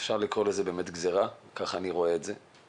אפשר לקרוא לזה גזרה, כך אני רואה את זה.